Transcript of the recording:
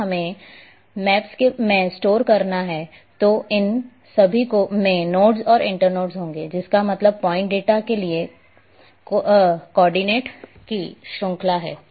अगर हमें मैप्स में स्टोर करना है तो इन सभी में नोड्स और इंटर्नोड्स होंगे जिसका मतलब पॉइंट डेटा के लिए कोर्डिनेट की श्रंखला है